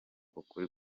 ukuri